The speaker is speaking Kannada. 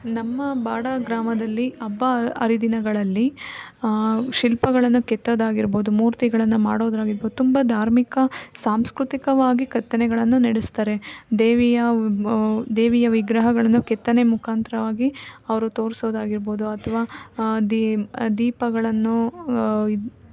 ನಮ್ಮ ಬಾಡಗ್ರಾಮದಲ್ಲಿ ಹಬ್ಬ ಹರಿದಿನಗಳಲ್ಲಿ ಶಿಲ್ಪಗಳನ್ನು ಕೆತ್ತೋದಾಗಿರ್ಬೋದು ಮೂರ್ತಿಗಳನ್ನು ಮಾಡೋದಾಗಿರ್ಬೋದು ತುಂಬ ಧಾರ್ಮಿಕ ಸಾಂಸ್ಕೃತಿಕವಾಗಿ ಕೆತ್ತನೆಗಳನ್ನು ನಡೆಸ್ತಾರೆ ದೇವಿಯ ದೇವಿಯ ವಿಗ್ರಹಗಳನ್ನು ಕೆತ್ತನೆ ಮುಖಾಂತರವಾಗಿ ಅವರು ತೋರಿಸೋದಾಗಿರ್ಬೋದು ಅಥವಾ ದೀ ದೀಪಗಳನ್ನು ಇದು